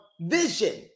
vision